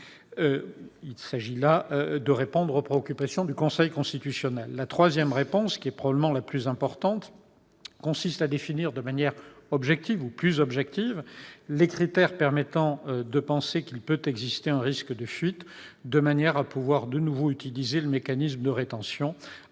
Il s'agit ici de répondre aux préoccupations du Conseil constitutionnel. La troisième réponse, probablement la plus importante, consiste à définir de manière plus objective les critères permettant de penser qu'il peut exister un risque de fuite, de manière à pouvoir de nouveau utiliser le mécanisme de rétention avant de